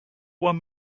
one